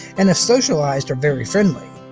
and if socialized are very friendly.